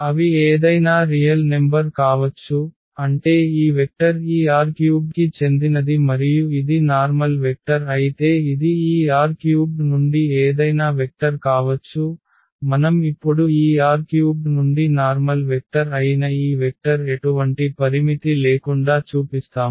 అవి ఏదైనా real number కావచ్చు అంటే ఈ వెక్టర్ ఈ R³ కి చెందినది మరియు ఇది నార్మల్ వెక్టర్ అయితే ఇది ఈ R³ నుండి ఏదైనా వెక్టర్ కావచ్చు మనం ఇప్పుడు ఈ R³ నుండి నార్మల్ వెక్టర్ అయిన ఈ వెక్టర్ ఎటువంటి పరిమితి లేకుండా చూపిస్తాము